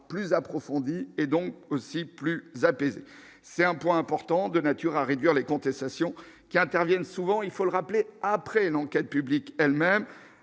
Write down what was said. plus approfondie et donc aussi plus apaisé, c'est un point important de nature à réduire les contestations qui interviennent souvent il faut le rappeler après l'enquête publique elle-même